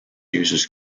uses